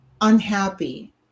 unhappy